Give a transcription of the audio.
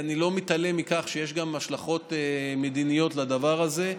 אני לא מתעלם מכך שיש גם השלכות מדיניות לדבר הזה,